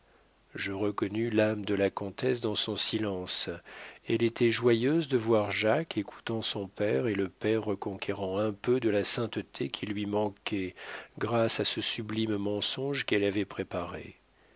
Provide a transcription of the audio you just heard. je reconnus l'âme de la comtesse dans son silence elle était joyeuse de voir jacques écoutant son père et le père reconquérant un peu de la sainteté qui lui manquait grâce à ce sublime mensonge qu'elle avait préparé